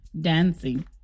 Dancing